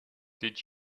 did